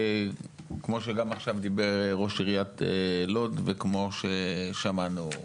כמו שאמר ראש עיריית לוד וכמו ששמענו.